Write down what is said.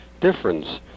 difference